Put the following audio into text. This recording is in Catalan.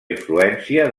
influència